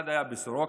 אחד היה בסורוקה,